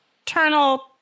internal